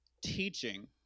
teaching